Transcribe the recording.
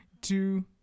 two